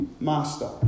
Master